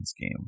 game